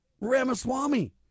Ramaswamy